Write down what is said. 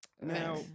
Now